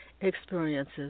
experiences